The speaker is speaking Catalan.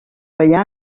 ballar